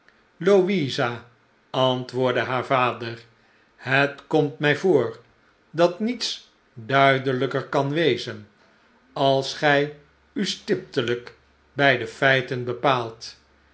louisa antwoordde haar vader hetkomt mij voor dat niets duidelijker kan wezen als gij u stiptelijk bij de feiten bepaalt